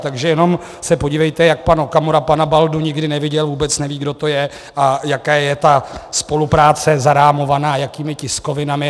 Takže jenom se podívejte, jak pan Okamura pana Baldu nikdy neviděl, vůbec neví, kdo to je a jaká je ta spolupráce zarámovaná, jakými tiskovinami.